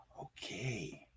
Okay